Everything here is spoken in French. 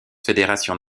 fédérations